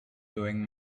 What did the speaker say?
doing